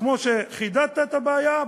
כמו שחידדת את הבעיה,